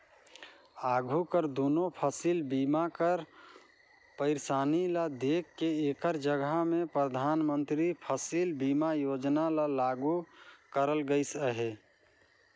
आघु कर दुनो फसिल बीमा कर पइरसानी ल देख के एकर जगहा में परधानमंतरी फसिल बीमा योजना ल लागू करल गइस अहे